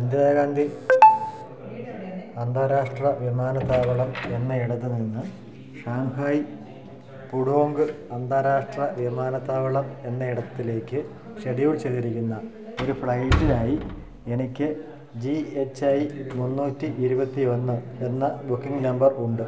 ഇന്ദിരാഗാന്ധി അന്താരാഷ്ട്ര വിമാനത്താവളം എന്നയിടത്തു നിന്ന് ഷാങ്ഹായ് പുഡോംഗ് അന്താരാഷ്ട്ര വിമാനത്താവളം എന്നയിടത്തിലേക്ക് ഷെഡ്യൂൾ ചെയ്തിരിക്കുന്ന ഒരു ഫ്ലൈറ്റിനായി എനിക്ക് ജി എച്ച് ഐ മുന്നൂറ്റി ഇരുപത്തി ഒന്ന് എന്ന ബുക്കിംഗ് നമ്പർ ഉണ്ട്